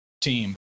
team